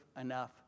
enough